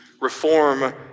reform